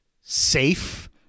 safe